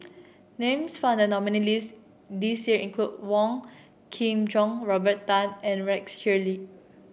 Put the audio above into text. names found in the nominees' list this year include Wong Kin Jong Robert Tan and Rex Shelley